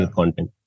content